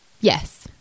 Yes